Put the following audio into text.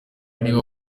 niba